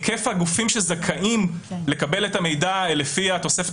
ולגבי היקף הגופים שזכאים לקבל את המידע לפי התוספת